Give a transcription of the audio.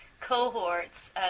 cohorts